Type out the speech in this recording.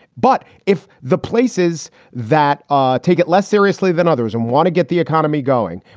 but if the places that ah take it less seriously than others and want to get the economy going,